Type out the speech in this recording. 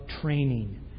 training